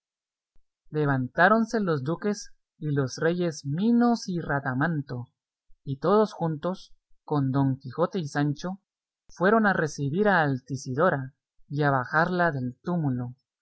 levantáronse los duques y los reyes minos y radamanto y todos juntos con don quijote y sancho fueron a recebir a altisidora y a bajarla del túmulo